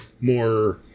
more